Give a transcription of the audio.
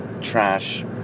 trash